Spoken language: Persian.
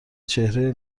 چهره